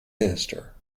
minister